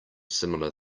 similar